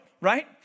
right